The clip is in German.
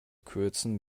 kürzen